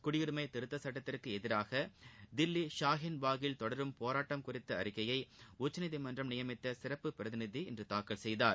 குடியரிமை திருத்தச் சுட்டத்திற்கு எதிராக தில்லி ஷாஹின் பாக்கில் தொடரும் போராட்டம் குறித்த அறிக்கையை உச்சநீதிமன்றம் நியமித்த சிறப்பு பிரதிநிதி இன்று தாக்கல் செய்தார்